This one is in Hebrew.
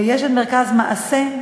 יש מרכז "מעשה",